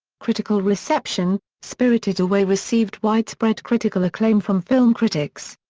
critical reception spirited away received widespread critical acclaim from film critics.